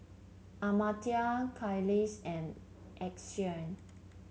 Amartya Kailash and Akshay